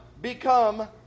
become